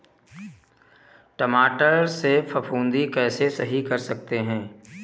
टमाटर से फफूंदी कैसे सही कर सकते हैं?